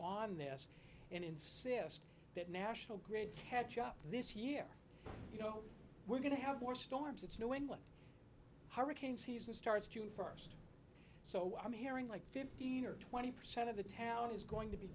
on this and insist that national grid catch up this year you know we're going to have more storms it's new england hurricane season starts june first so i'm hearing like fifteen or twenty percent of the town is going to be